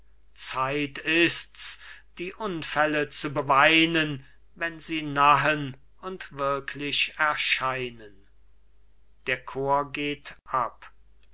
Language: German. zeit ist's die unfälle zu beweinen wenn sie nahen und wirklich erscheinen der chor geht ab